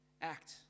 Act